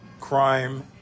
crime